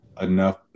enough